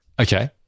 Okay